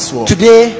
Today